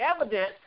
evidence